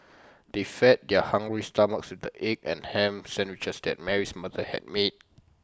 they fed their hungry stomachs with the egg and Ham Sandwiches that Mary's mother had made